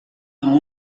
amb